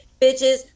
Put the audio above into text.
bitches